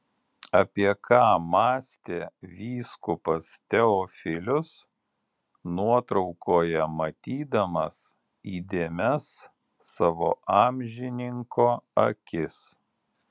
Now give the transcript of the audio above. apie ką mąstė vyskupas teofilius nuotraukoje matydamas įdėmias savo amžininko akis